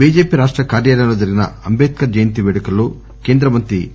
BJP రాష్ట కార్యాలయంలో జరిగిన అంబేడ్కర్ జయంతి వేడుకల్లో కేంద్ర మంత్రి జి